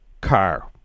car